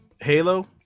Halo